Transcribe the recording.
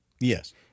Yes